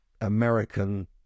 American